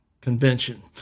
convention